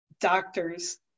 doctors